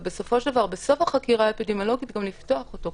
ובסופו של דבר בסוף החקירה האפידמיולוגית גם לפתוח אותו,